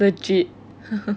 legit